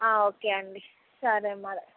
okay అండి సరే మళ్ళీ